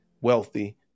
wealthy